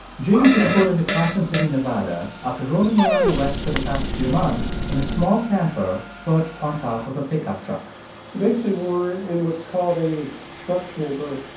jamie just pulled into carson city, nev, and after roaming around the west for the past few months in a small camper perched on top of a pickup truck so basically, we're in what's called a truck camper.